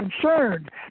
concerned